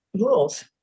rules